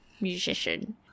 musician